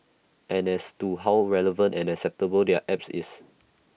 and as to how relevant and acceptable their app is